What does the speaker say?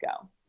go